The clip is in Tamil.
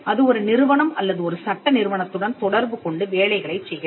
அது ஒரு நிறுவனம் அல்லது ஒரு சட்ட நிறுவனத்துடன் தொடர்பு கொண்டு வேலைகளைச் செய்கிறது